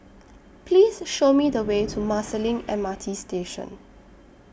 Please Show Me The Way to Marsiling M R T Station